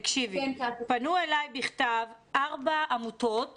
פנו אלי בכתב ארבע עמותות